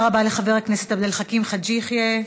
תודה רבה לחבר הכנסת עבד אל-חכים חאג' יחיא.